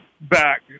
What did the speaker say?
back